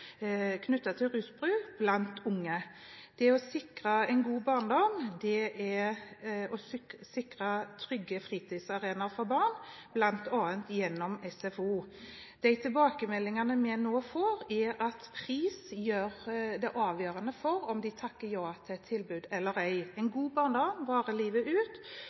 til rusbruk blant unge. Det å sikre en god barndom er å sikre trygge fritidsarenaer for barn, bl.a. gjennom SFO. De tilbakemeldingene vi nå får, er at pris avgjør om en takker ja til et tilbud, eller ei. En god barndom varer livet ut,